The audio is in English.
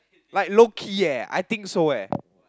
like low key eh I think so eh